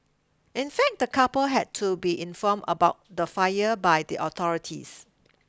in fact the couple had to be inform about the fire by the authorities